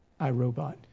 iRobot